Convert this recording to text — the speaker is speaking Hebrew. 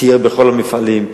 סייר בכל המפעלים,